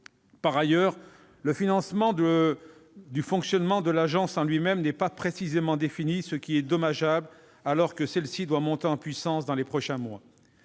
Par ailleurs, le financement du fonctionnement de l'ANS lui-même n'est pas précisément défini. Cela est dommageable, quand cette agence doit monter en puissance dans les prochains mois.